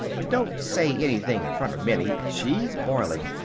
don't say anything in front of minnie! she's boiling!